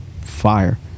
fire